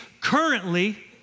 currently